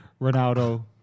Ronaldo